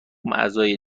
اعضای